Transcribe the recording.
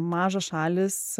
mažos šalys